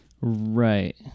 Right